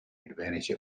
advantage